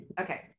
Okay